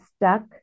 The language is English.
stuck